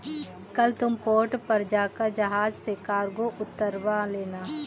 कल तुम पोर्ट पर जाकर जहाज से कार्गो उतरवा लेना